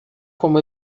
como